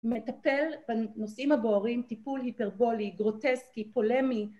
מטפל בנושאים הבוערים , טיפול היפרבולי, גרוטסקי, פולמי